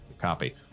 Copy